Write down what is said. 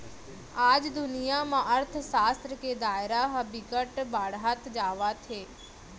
आज दुनिया म अर्थसास्त्र के दायरा ह बिकट बाड़हत जावत हे